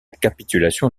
capitulation